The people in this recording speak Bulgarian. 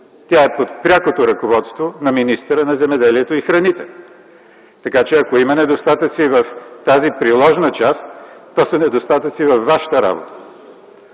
Тя е под прякото ръководство на министъра на земеделието и храните. Така че, ако има недостатъци в тази приложна част, това са недостатъци във вашата работа.